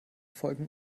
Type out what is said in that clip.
folgen